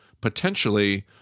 potentially